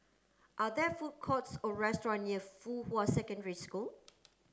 are there food courts or restaurant near Fuhua Secondary School